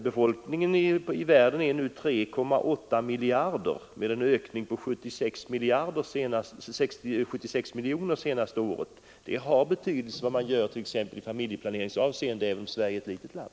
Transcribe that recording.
Befolkningen i världen är nu 3,8 miljarder människor, med en ökning på 76 miljoner det senaste året. Det har betydelse vad vi gör i t.ex. familjeplaneringsavseende, även om Sverige är ett litet land.